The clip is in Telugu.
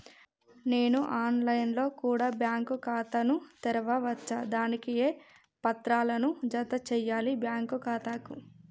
నేను ఆన్ లైన్ లో కూడా బ్యాంకు ఖాతా ను తెరవ వచ్చా? దానికి ఏ పత్రాలను జత చేయాలి బ్యాంకు ఖాతాకు?